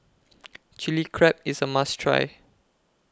Chili Crab IS A must Try